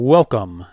Welcome